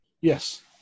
Yes